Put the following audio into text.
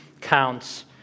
counts